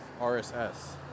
RSS